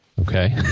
okay